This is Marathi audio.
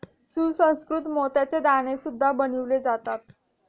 सुसंस्कृत मोत्याचे दागिने सुद्धा बनवले जातात